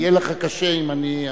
יהיה לך קשה אם אני,